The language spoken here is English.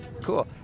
cool